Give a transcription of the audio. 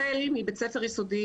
החל מבית ספר יסודי,